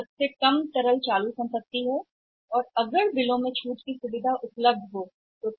तो उस मामले में कम से कम तरल वर्तमान संपत्ति है लेकिन जब वे कम से कम प्राप्य खाते बिल से छूट की सुविधा तरल बैंकों से नहीं थी